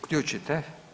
Uključite.